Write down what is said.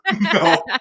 no